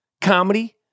Comedy